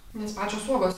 nes pačios uogos